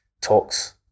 talks